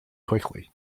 quickly